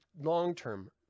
long-term